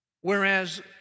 whereas